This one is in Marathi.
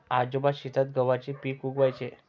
आजोबा शेतात गव्हाचे पीक उगवयाचे